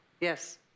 Yes